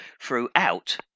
throughout